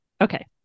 Okay